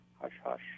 hush-hush